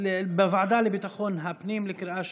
לביטחון הפנים נתקבלה.